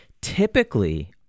typically